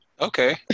okay